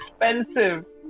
expensive